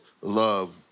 love